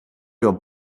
your